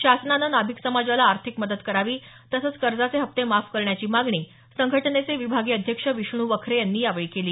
शासनानं नाभिक समाजाला आर्थिक मदत करावी तसंच कर्जाचे हप्ते माफ करण्याची मागणी संघटनेचे विभागीय अध्यक्ष विष्णू वखरे यांनी यावेळी केली